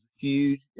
huge